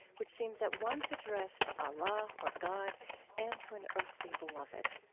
which seems at once addressed to allah or god and to an earthly beloved.